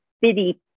bitty